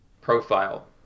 profile